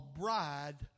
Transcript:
bride